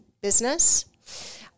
business